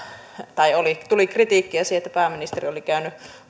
tai tuli kritiikkiä siitä että pääministeri oli käynyt